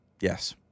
Yes